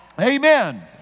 Amen